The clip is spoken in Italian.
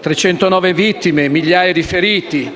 309 vittime, migliaia di feriti,